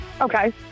okay